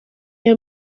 iyo